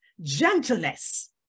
gentleness